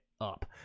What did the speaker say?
up